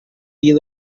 via